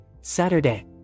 Saturday